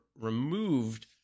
removed